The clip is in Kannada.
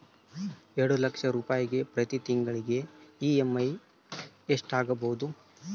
ಎರಡು ಲಕ್ಷ ರೂಪಾಯಿಗೆ ಪ್ರತಿ ತಿಂಗಳಿಗೆ ಇ.ಎಮ್.ಐ ಎಷ್ಟಾಗಬಹುದು?